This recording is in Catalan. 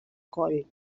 coll